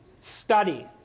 study